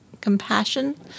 compassion